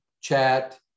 chat